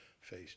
face